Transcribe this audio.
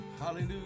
Hallelujah